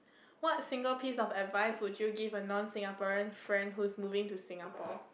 what single piece of advice would you give a non Singaporean friend who's moving to Singapore